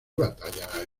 batalla